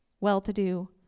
well-to-do